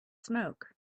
smoke